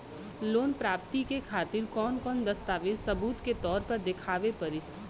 Loan प्राप्ति के खातिर कौन कौन दस्तावेज सबूत के तौर पर देखावे परी?